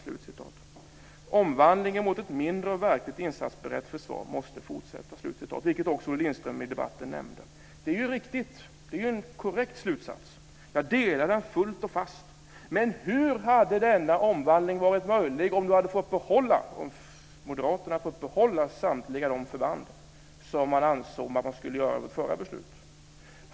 Detta nämnde också Olle Lindström i debatten. Det är riktigt. Det är ju en korrekt slutsats. Jag delar den fullt och fast. Men hur hade denna omvandling varit möjlig om Moderaterna hade fått behålla samtliga de förband som man ansåg borde behållas vid det förra beslutet?